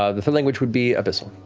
ah the third language would be abyssal.